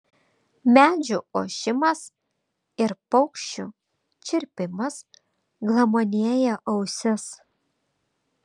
medžių ošimas ir paukščių čirpimas glamonėja ausis